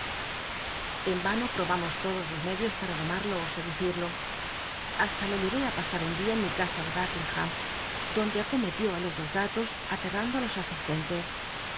en ano ptobamos todos los medios para domarlo ó seducido basta lo lle é i pasar un dia en mi casa de nuckingham donde acometió i los dos galos alel't'ando ü los asistentes